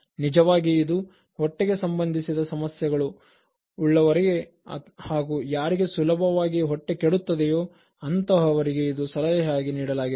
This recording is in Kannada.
ನಿಜವಾಗಿ ಇದು ಹೊಟ್ಟೆಗೆ ಸಂಬಂಧಿಸಿದ ಸಮಸ್ಯೆಗಳು ಉಳ್ಳವರಿಗೆ ಹಾಗೂ ಯಾರಿಗೆ ಸುಲಭವಾಗಿ ಹೊಟ್ಟೆ ಕೆಡುತ್ತದೆಯೋ ಅಂತಹವರಿಗೆ ಇದು ಸಲಹೆ ಯಾಗಿ ನೀಡಲಾಗಿದೆ